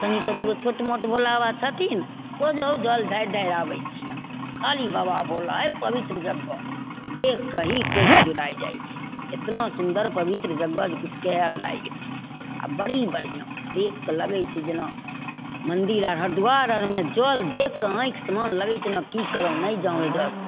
कनि तनिगो छोट मोट भोलाबाबा छथिन ओहिजहो जल ढारि ढारि आबै छिअनि खाली बाबा भोला एहि पवित्र जगह देखिके ही कोखि जुड़ै जाइ छै एतना सुन्दर पवित्र जगह जे किछु कहै लागि नहि आओर बड़ी बढ़िआँ देखिके लगै छै जेना मन्दिर आओर हरिद्वार आओरमे जल देखिके आँखि सबमे लगै छै जेना कि करहुँ नहि जाउ एहिजेसे